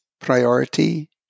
priority